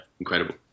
incredible